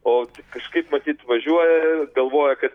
o kažkaip matyt važiuoja galvoja kad